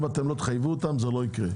אם לא תחייבו אותם זה לא יקרה.